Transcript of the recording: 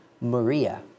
Maria